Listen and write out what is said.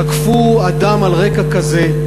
תקפו אדם על רקע כזה,